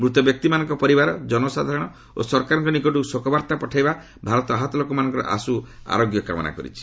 ମୃତ ବ୍ୟକ୍ତିମାନଙ୍କ ପରିବାର ଜନସାଧାରଣ ଓ ସରକାରଙ୍କ ନିକଟକୁ ଶୋକାବର୍ତ୍ତା ପଠାଇ ଭାରତ ଆହତ ଲୋକମାନଙ୍କର ଆଶୁ ଆରୋଗ୍ୟ କାମନା କରିଛି